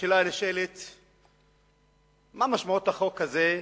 השאלה הנשאלת היא, מה משמעות החוק הזה,